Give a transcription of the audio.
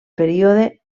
període